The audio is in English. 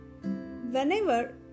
Whenever